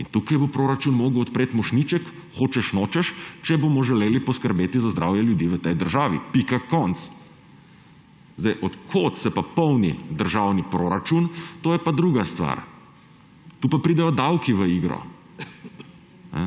Tukaj bo proračun mogel odpreti mošnjiček, hočeš nočeš, če bomo želeli poskrbeti za zdravje ljudi v tej državi. Pika, konec. Od kod se pa polni državni proračun, to je pa druga stvar. Tukaj pa pridejo davki v igro.